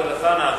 חבר הכנסת אלסאנע,